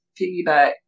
piggyback